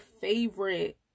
favorite